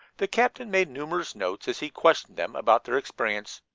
the captain made numerous notes as he questioned them about their experience,